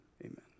amen